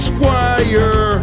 Squire